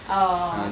orh